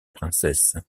princesse